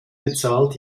bezahlt